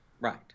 Right